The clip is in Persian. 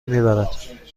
میبرد